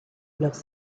leurs